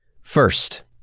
First